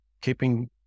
keeping